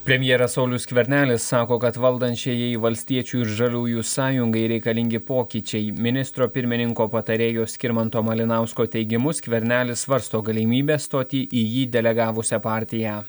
premjeras saulius skvernelis sako kad valdančiajai valstiečių ir žaliųjų sąjungai reikalingi pokyčiai ministro pirmininko patarėjo skirmanto malinausko teigimu skvernelis svarsto galimybę stoti į jį delegavusią partiją